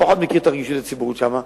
הוא פחות מכיר את הרגישות הציבורית שם,